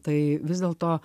tai vis dėlto